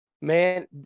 Man